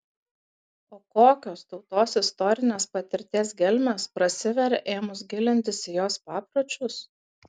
o kokios tautos istorinės patirties gelmės prasiveria ėmus gilintis į jos papročius